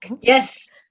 Yes